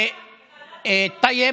טייב,